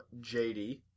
JD